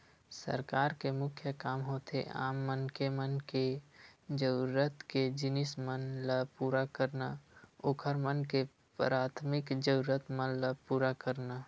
सरकार के मुख्य काम होथे आम मनखे मन के जरुरत के जिनिस मन ल पुरा करना, ओखर मन के पराथमिक जरुरत मन ल पुरा करना